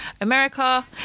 America